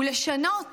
ולשנות